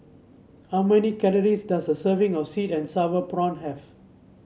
how many calories does a serving of sweet and sour prawn have